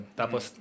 tapos